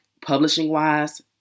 publishing-wise